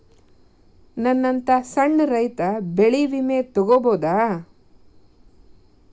ನನ್ನಂತಾ ಸಣ್ಣ ರೈತ ಬೆಳಿ ವಿಮೆ ತೊಗೊಬೋದ?